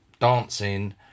dancing